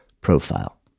profile